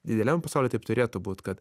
idealiam pasauly taip turėtų būt kad